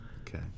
Okay